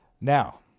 Now